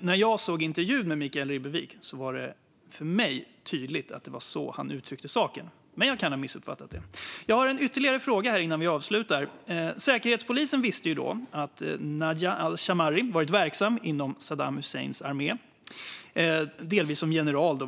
Nar jag såg intervjun med Mikael Ribbenvik var det för mig tydligt att det var så han uttryckte saken, men jag kan ha missuppfattat det. Jag har en ytterligare fråga innan vi avslutar. Säkerhetspolisen visste vid tillfället han fick medborgarskap att Najah al-Shammari varit verksam inom Saddam Husseins armé delvis som general.